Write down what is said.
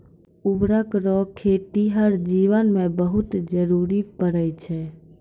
उर्वरक रो खेतीहर जीवन मे बहुत जरुरी पड़ै छै